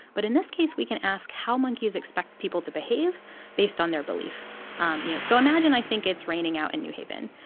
but in this case, we can ask how monkeys expect people to behave based on their belief um you know, so imagine i think it's raining out in new haven.